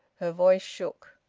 her voice shook.